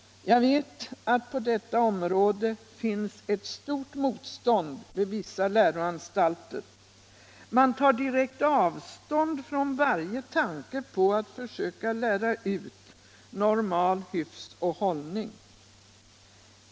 Jag vet att det på detta område finns ett stort motstånd vid vissa läroanstalter. Man tar direkt avstånd från varje tanke på att försöka lära ut normal hyfs och hållning.